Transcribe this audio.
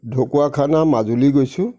ঢকুৱাখনা মাজুলী গৈছোঁ